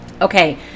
Okay